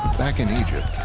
back in egypt,